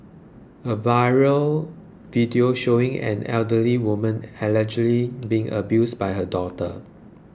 a viral video showing an elderly woman allegedly being abused by her daughter